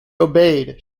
obeyed